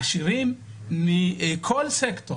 עשירים מכל סקטור.